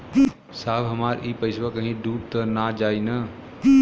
साहब हमार इ पइसवा कहि डूब त ना जाई न?